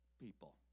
people